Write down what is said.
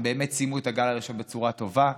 הם באמת סיימו את הגל הראשון בצורה טובה,